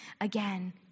again